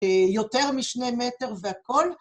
יותר משני מטר והכל.